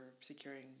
securing